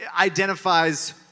identifies